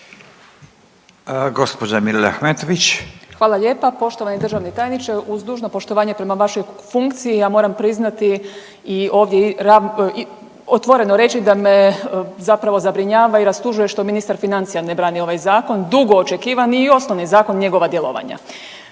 Hvala lijepa. Poštovani državni tajniče uz dužno poštovanje prema vašoj funkciji ja moram priznati i ovdje otvoreno reći da me zapravo zabrinjava i rastužuje što ministar financija ne brani ovaj zakon, dugo očekivani i osnovni zakon njegova djelovanja.